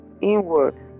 inward